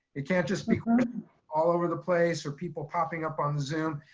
it can't just be all over the place or people popping up on zoom.